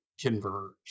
converge